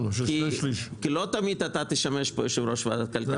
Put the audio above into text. כי לא תמיד תשמש יו"ר ועדת הכלכלה.